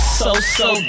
so-so